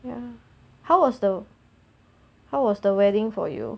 ya how was the how was the wedding for you